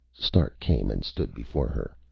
stark came and stood before her.